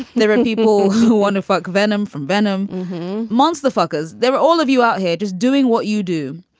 there are and people who want to fuck venom from venom monster, the fuckers. there were all of you out here just doing what you do.